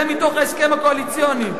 זה מתוך ההסכם הקואליציוני.